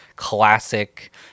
classic